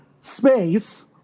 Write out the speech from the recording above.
space